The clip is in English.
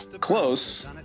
Close